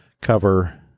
cover